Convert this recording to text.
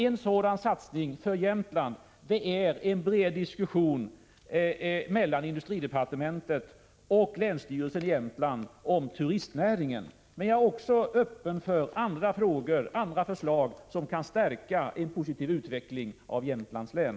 En sådan satsning är en bred diskussion mellan industridepartementet och länsstyrelsen i Jämtland om turistnäringen, men jag är också öppen för andra förslag som kan stärka en positiv utveckling av Jämtlands län.